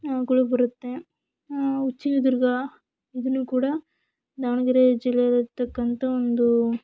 ಗಳು ಬರುತ್ತೆ ಉಚ್ಚಂಗಿ ದುರ್ಗಾ ಇದೂ ಕೂಡ ದಾವಣಗೆರೆ ಜಿಲ್ಲೆಯಲ್ಲಿರತಕ್ಕಂಥ ಒಂದು